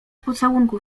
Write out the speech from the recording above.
pocałunków